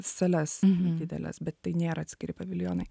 sales dideles bet tai nėra atskiri paviljonai